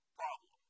problem